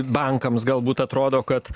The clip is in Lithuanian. bankams galbūt atrodo kad